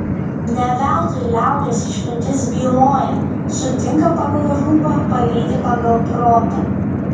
ne veltui liaudies išmintis byloja sutinka pagal rūbą palydi pagal protą